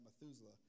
Methuselah